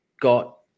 got